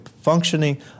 functioning